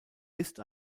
ist